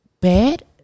bad